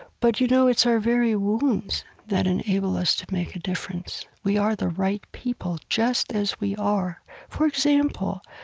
but you know it's our very wounds that enable us to make a difference. we are the right people, just as we are for example,